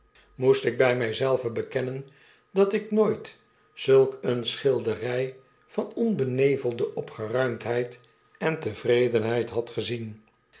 moest ik by my zelven bekennen dat ik nooit zulk eene schildery van onbenevelde opgeruimdheid en tevredenheid had gezien